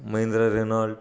Mahindra Reynold